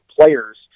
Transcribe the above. players